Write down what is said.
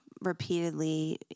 repeatedly